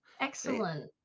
excellent